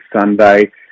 Sunday